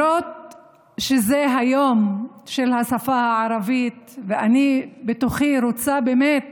זה היום של השפה הערבית, ואני בתוכי רוצה באמת